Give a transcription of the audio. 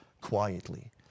quietly